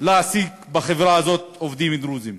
להעסיק בחברה הזאת עובדים דרוזים.